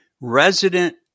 resident